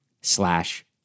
slash